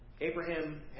Abraham